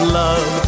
love